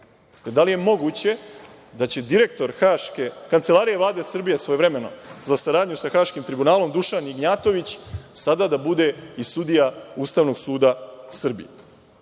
Da li je moguće da će direktor Kancelarije Vlade Srbije svojevremeno za saradnju sa Haškim tribunalom Dušan Ignjatović sada da bude i sudija Ustavnog suda Srbije?